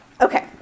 Okay